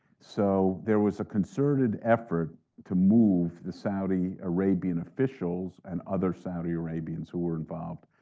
so there was a concerted effort to move the saudi arabian officials, and other saudi arabians who were involved,